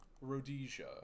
rhodesia